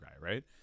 right